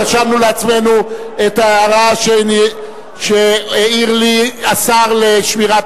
רשמנו לעצמנו את ההערה שהעיר לי השר לשמירת